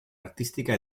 artística